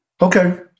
Okay